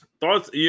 thoughts